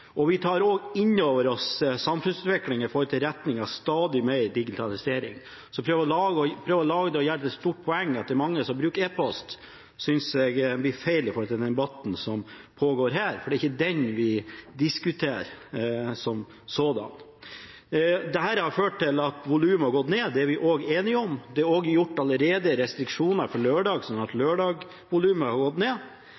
ligger. Vi tar også inn over oss samfunnsutviklingen som går i retning av stadig mer digitalisering. Å prøve å gjøre et stort poeng av at det er mange som bruker e-post, synes jeg blir feil i denne debatten som pågår her, for det er ikke det vi diskuterer nå. Dette har ført til at volumet har gått ned – det er vi også enige om. Det er allerede gjort restriksjoner på lørdagene, slik at lørdagsvolumet har gått ned.